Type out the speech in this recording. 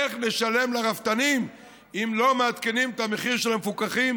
איך נשלם לרפתנים אם לא מעדכנים את המחיר של המפוקחים,